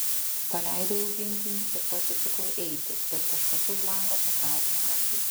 paleidau augintinį ir pasisukau eiti bet kažkas už lango patraukė akį